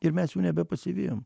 ir mes jų nebepasivijom